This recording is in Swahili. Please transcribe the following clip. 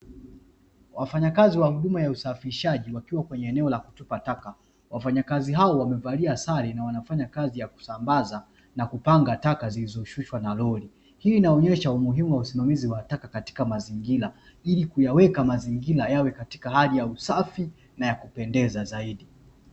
Wafanyakazi wa hudumu ya usafishaji, wakiwa kwenye eneo la kutupa taka. wafanyakazi hao wamevalia sare na wanafanya kazi ya kusambaza na kupanga taka zilizoshushwa na lori, hii inaonyesha umuhimu wa usimamizi wa taka katika mazingira, ili kuyaweka mazingira yawe katika hali ya usafi na ya kupendeza zaidi.